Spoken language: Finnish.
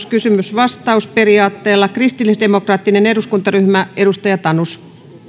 kysymys vastaus periaatteella kristillisdemokraattinen eduskuntaryhmä edustaja tanus